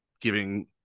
giving